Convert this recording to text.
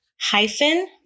hyphen